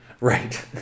Right